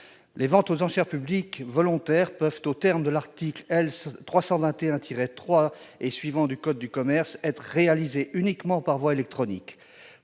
Les ventes aux enchères publiques volontaires peuvent, aux termes des articles L. 321-3 et suivants du code de commerce, être réalisées uniquement par voie électronique.